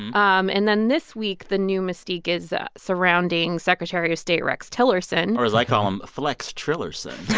um and then this week, the new mystique is surrounding secretary of state rex tillerson or as i call him, flex trillerson